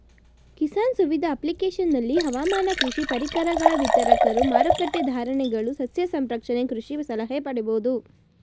ಕಿಸಾನ್ ಸುವಿಧ ಅಪ್ಲಿಕೇಶನಲ್ಲಿ ಹವಾಮಾನ ಕೃಷಿ ಪರಿಕರಗಳ ವಿತರಕರು ಮಾರಕಟ್ಟೆ ಧಾರಣೆಗಳು ಸಸ್ಯ ಸಂರಕ್ಷಣೆ ಕೃಷಿ ಸಲಹೆ ಪಡಿಬೋದು